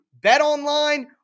BetOnline